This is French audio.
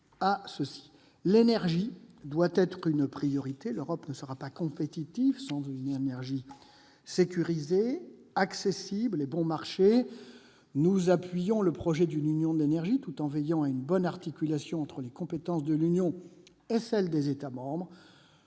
L'énergie doit être une priorité. L'Europe ne sera pas compétitive sans une énergie sécurisée, accessible et bon marché. Nous appuyons le projet d'une Union de l'énergie, tout en veillant à une bonne articulation entre les compétences de l'Union et celles des États membres.